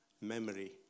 memory